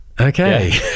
okay